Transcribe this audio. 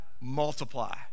multiply